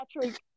Patrick